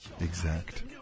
exact